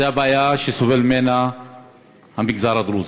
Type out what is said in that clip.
זו הבעיה שסובל ממנה המגזר הדרוזי.